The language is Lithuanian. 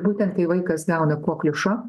būtent kai vaikas gauna kokliušo